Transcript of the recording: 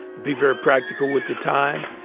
be very practical with the time.